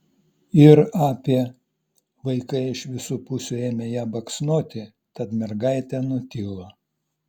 ir apie vaikai iš visų pusių ėmė ją baksnoti tad mergaitė nutilo